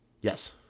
Yes